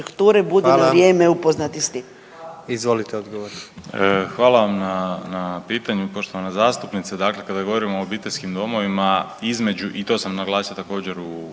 Hvala lijepa. Izvolite odgovor.